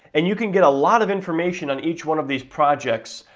and you can get a lot of information on each one of these projects.